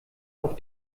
auf